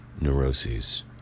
neuroses